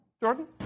Jordan